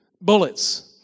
bullets